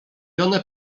one